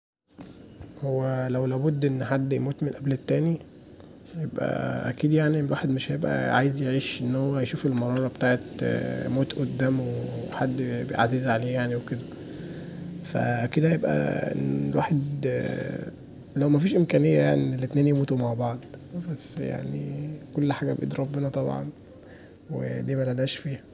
هو لو لابد ان حد يموت قبل التاني يبقي اكيد يعني الواحد مش هيبقي عايز يعيش ان هو يشوف المراره بتاعة موت قدامه حد عزيز عليه وكدا، فأكيد هيبقي ان الواحد لو مفيش امكانيه يعني ان الاتنين يموتوا مع بعض بس يعني كل حاجه بأيد ربنا طبعا ودي ملناش فيها.